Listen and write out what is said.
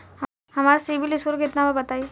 हमार सीबील स्कोर केतना बा बताईं?